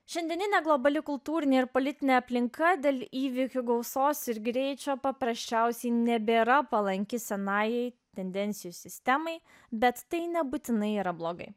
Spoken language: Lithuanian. šiandieninė globali kultūrinė ir politinė aplinka dėl įvykių gausos ir greičio paprasčiausiai nebėra palanki senajai tendencijų sistemai bet tai nebūtinai yra blogai